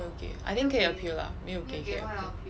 有没有给 I think 可以 appeal lah 没有给